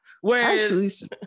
Whereas